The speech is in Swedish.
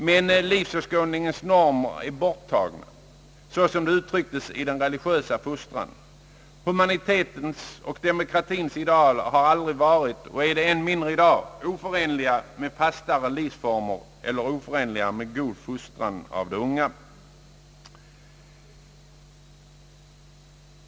Men livsåskådningens normer är borttagna, såsom de uttrycktes i den religiösa fostran. Humanitetens och demokratiens ideal har aldrig varit oförenliga, och är det ännu mindre i dag, med fastare livsnormer eller en god fostran av de unga.